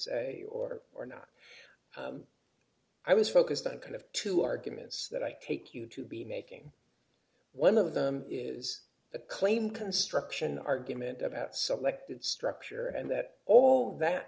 say or or not i was focused on kind of two arguments that i take you to be making one of them is a claim construction argument about subjective structure and that all that